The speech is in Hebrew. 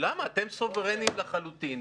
אתם סוברניים לחלוטין.